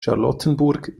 charlottenburg